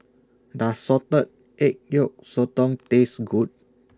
Does Salted Egg Yolk Sotong Taste Good